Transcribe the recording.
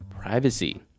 privacy